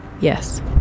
yes